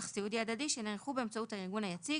סיעודי הדדי שנערכו באמצעות הארגון היציג,